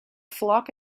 flock